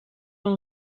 dan